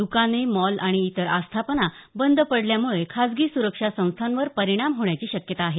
द्काने मॉल आणि इतर आस्थापना बंद पडल्यामुळे खासगी सुरक्षा संस्थांवर परिणाम होण्याची शक्यता आहे